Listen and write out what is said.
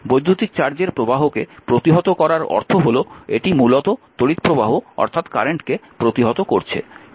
বৈদ্যুতিক চার্জের প্রবাহকে প্রতিহত করার অর্থ হল এটি মূলত তড়িৎ প্রবাহ অর্থাৎ কারেন্টকে প্রতিহত করছে